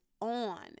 on